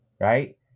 right